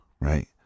right